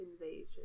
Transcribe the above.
invasion